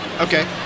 Okay